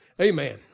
Amen